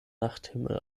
nachthimmel